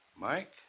Mike